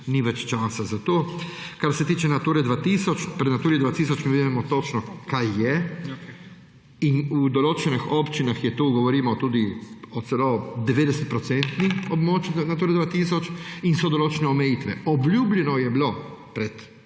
ni več časa za to. Kar se tiče Nature 2000, pri Naturi 2000 mi vidimo točno, kaj je in v določenih občinah je to, govorimo tudi celo o 90 procentih območjih Nature 2000 in so določene omejitve. Obljubljeno je bilo pred